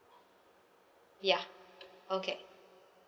ya okay